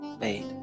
made